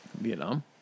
Vietnam